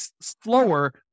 slower